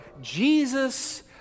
Jesus